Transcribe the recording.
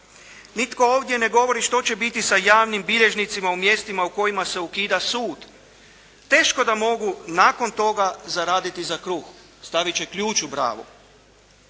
Nitko ovdje ne govori što će biti sa javnim bilježnicima u mjestima u kojima se ukida sud. Teško da mogu nakon toga zaraditi za kruh. Stavit će ključ u bravu.